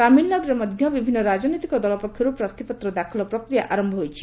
ତାମିଲନାଡ଼ୁରେ ମଧ୍ୟ ବିଭିନ୍ନ ରାଜନୈତିକ ଦଳ ପକ୍ଷରୁ ପ୍ରାର୍ଥୀପତ୍ର ଦାଖଲ ପ୍ରକ୍ରିୟା ଆରମ୍ଭ ହୋଇଯାଇଛି